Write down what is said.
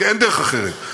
כי אין דרך אחרת,